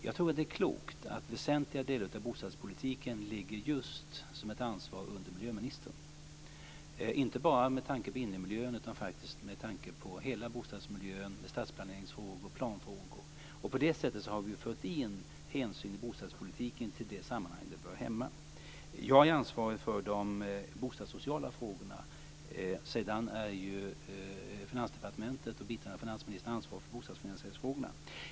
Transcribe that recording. Jag tror att det är klokt att väsentliga delar av bostadspolitiken ligger som ett ansvar under miljöministern, inte bara med tanke på innemiljön utan med tanke på hela bostadsmiljön, stadsplaneringsfrågor och andra planfrågor. På det sättet har det förts in de hänsyn i bostadspolitiken i det sammanhang där de hör hemma. Jag är ansvarig för de bostadssociala frågorna. Sedan är det Finansdepartementet och biträdande finansministern som har ansvar för bostadsfinansieringsfrågorna.